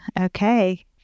okay